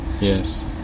Yes